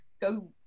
go